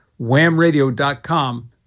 whamradio.com